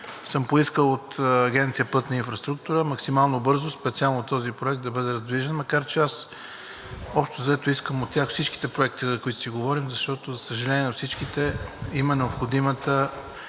съм поискал от Агенция „Пътна инфраструктура“ максимално бързо специално този проект да бъде раздвижен, макар че аз, общо взето, искам от тях за всички проекти, за които си говорим, защото, за съжаление, за всичките е нужно